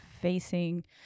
facing